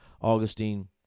Augustine